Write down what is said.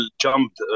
jumped